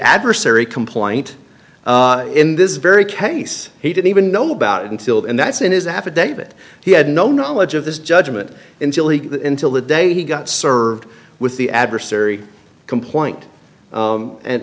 adversary complaint in this very case he didn't even know about it until and that's in his affidavit he had no knowledge of this judgment until he until the day he got served with the adversary complaint